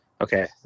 okay